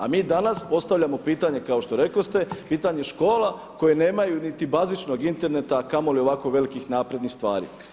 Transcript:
A mi danas postavljamo pitanje kao što rekoste, pitanje škola koje nemaju niti bazičnog interneta, a kamoli ovako velikih naprednih stvari.